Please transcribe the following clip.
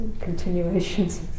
continuations